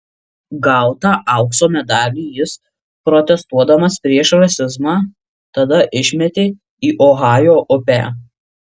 gautą aukso medalį jis protestuodamas prieš rasizmą tada išmetė į ohajo upę